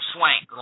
Swank